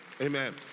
Amen